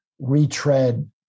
retread